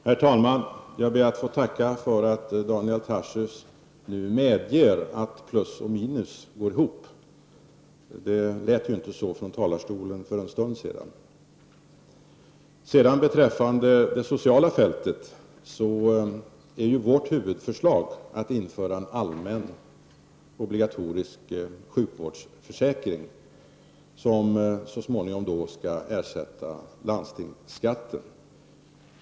Herr talman! Jag ber att få tacka Daniel Tarschys för att han nu medger att plus och minus går ihop — det lät inte så från talarstolen för en stund sedan. Beträffande det sociala fältet är vårt huvudförslag att man skall införa en allmän obligatorisk sjukvårdsförsäkring, som så småningom skall ersätta landstingsskatten.